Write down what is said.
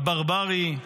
הברברי.